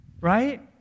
right